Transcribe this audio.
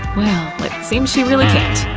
well, it seems she really can't.